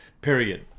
Period